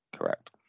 Correct